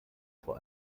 vor